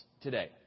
today